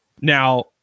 now